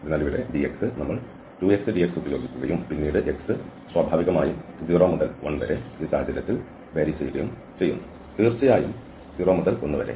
അതിനാൽ ഇവിടെ dx നമ്മൾ 2xdx ഉപയോഗിക്കുകയും പിന്നീട് x സ്വാഭാവികമായും 0 മുതൽ 1 വരെ ഈ സാഹചര്യത്തിൽ പോകുകയും ചെയ്യും തീർച്ചയായും 0 മുതൽ 1 വരെ